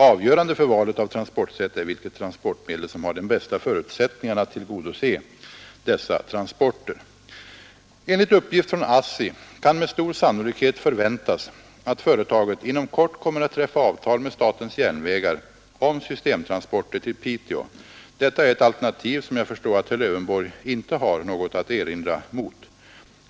Avgörande för valet av transportsätt är vilket transportmedel som har de bästa förutsättningarna att tillgodose dessa transporter Enligt uppgift från ASSI kan med stor sannolikhet förväntas, att företaget inom kort kommer att träffa avtal med statens järnvägar om systemtransporter till Piteå. Detta är ett alternativ, som jag förstår att herr Lövenborg inte har något att erinra mot.